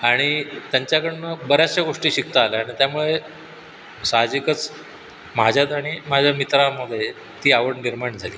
आणि त्यांच्याकडनं बऱ्याचशा गोष्टी शिकता आल्या आणि त्यामुळे साहजिकच माझ्यात आणि माझ्या मित्रांमध्ये ती आवड निर्माण झाली